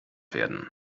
werden